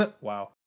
Wow